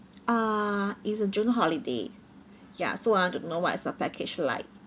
uh it's a june holiday ya so I want to know what is the package like